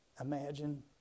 imagine